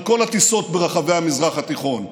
על כל הטיסות ברחבי המזרח התיכון,